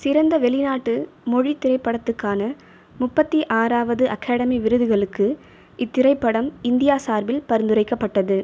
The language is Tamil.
சிறந்த வெளிநாட்டு மொழித் திரைப்படத்திற்கான முப்பத்து ஆறாவது அகாடமி விருதுகளுக்கு இத்திரைப்படம் இந்தியா சார்பில் பரிந்துரைக்கப்பட்டது